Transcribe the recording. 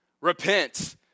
Repent